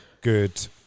good